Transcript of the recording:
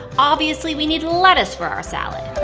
obviously, we need lettuce for our salad.